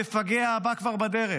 המפגע הבא כבר בדרך.